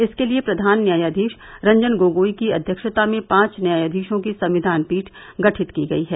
इसके लिए प्रधान न्यायाधीश रंजन गोगोई की अध्यक्षता में पांच न्यायाधीशोंकी संविधान पीठ गठित की गई है